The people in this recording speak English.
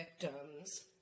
victims